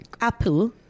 Apple